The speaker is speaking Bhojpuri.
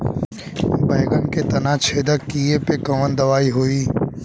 बैगन के तना छेदक कियेपे कवन दवाई होई?